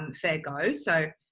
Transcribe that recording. um fair go. so